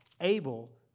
able